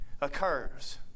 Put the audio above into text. occurs